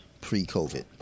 pre-COVID